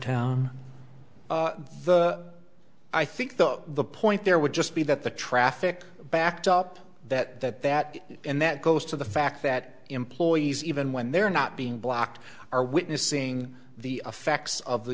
town i think though the point there would just be that the traffic backed up that that that and that goes to the fact that employees even when they're not being blocked are witnessing the effects of the